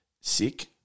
sick